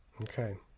Okay